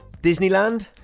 Disneyland